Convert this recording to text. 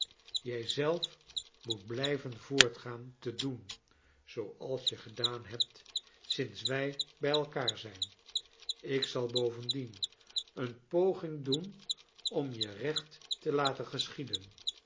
jij zelf moet blijven voortgaan te doen zooals je gedaan hebt sinds wij bij elkaar zijn ik zal bovendien een poging doen om je recht te laten geschieden